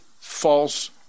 false